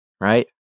right